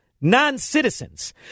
Non-citizens